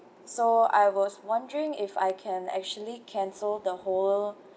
so I was wondering if I can actually cancel the whole